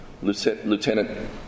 Lieutenant